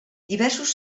diversos